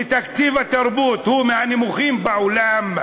שתקציב התרבות הוא מהנמוכים בעולם,